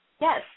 Yes